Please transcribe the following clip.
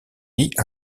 lie